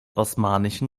osmanischen